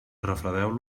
refredeu